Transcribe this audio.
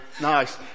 Nice